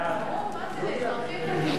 אין מתנגדים.